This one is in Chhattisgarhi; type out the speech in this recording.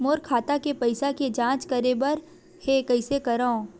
मोर खाता के पईसा के जांच करे बर हे, कइसे करंव?